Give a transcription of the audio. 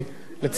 לצערי,